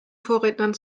vorrednern